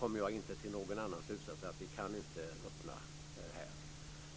kommer jag inte till någon annan slutsats än att vi inte kan öppna för detta.